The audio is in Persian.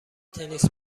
تنیس